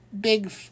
big